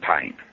pain